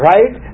Right